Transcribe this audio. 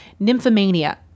nymphomania